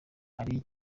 ari